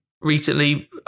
Recently